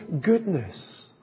goodness